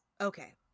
Okay